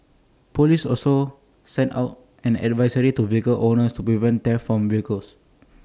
Police also sent out an advisory to vehicle owners to prevent theft from vehicles